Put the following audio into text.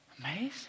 Amazing